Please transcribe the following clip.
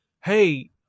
hey